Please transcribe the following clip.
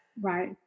Right